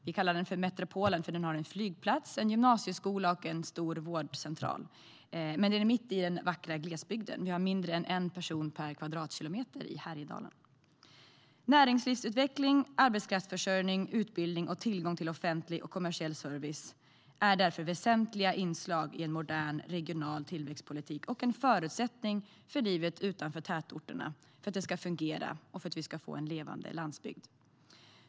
Vi kallar orten för metropolen eftersom den har en flygplats, en gymnasieskola och en stor vårdcentral, men den ligger mitt i den vackra glesbygden. Det finns färre än en person per kvadratkilometer i Härjedalen. Näringslivsutveckling, arbetskraftsförsörjning, utbildning och tillgång till offentlig och kommersiell service är därför väsentliga inslag i en modern, regional tillväxtpolitik och en förutsättning för att livet utanför tätorterna ska fungera och för en levande landsbygd.